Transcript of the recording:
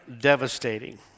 devastating